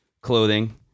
clothing